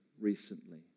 recently